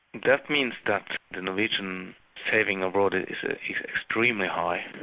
that means that and norwegian saving abroad is extremely high,